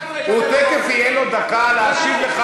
תכף תהיה לו דקה להשיב לך.